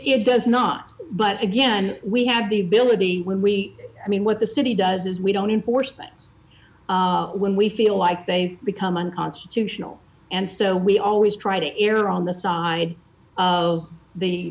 it does not but again we have the ability when we i mean what the city does is we don't enforce things when we feel like they've become unconstitutional and so we always try to err on the side of the